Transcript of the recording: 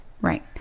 Right